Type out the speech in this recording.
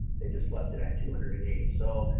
they just left it at two hundred and eighty. so,